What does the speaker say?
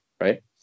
right